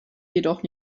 jedoch